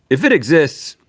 if it exists,